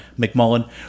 McMullen